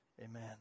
amen